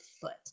Foot